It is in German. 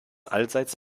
allseits